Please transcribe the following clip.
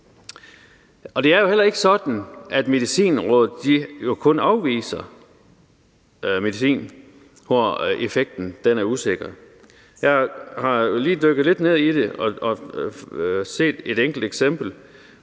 Og det er jo heller ikke sådan, at Medicinrådet kun afviser medicin, hvor effekten er usikker. Jeg har lige dykket lidt ned i det og fundet et enkelt eksempel,